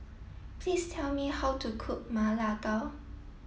please tell me how to cook Ma La Gao